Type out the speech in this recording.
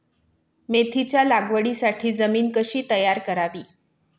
मेथीच्या लागवडीसाठी जमीन कशी तयार करावी?